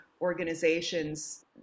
organizations